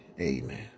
Amen